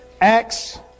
Acts